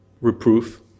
reproof